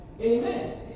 amen